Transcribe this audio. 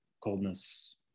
Coldness